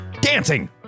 Dancing